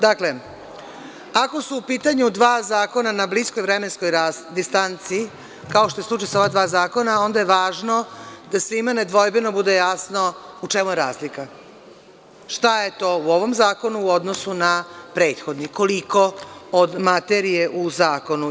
Dakle, ako su u pitanju dva zakona na bliskoj vremenskoj distanci, kao što je slučaj sa ova dva zakona, onda je važno da svima nedvojbeno bude jasno u čemu je razlika, šta je to u ovom zakonu u odnosu na prethodni, koliko od materije u zakonu.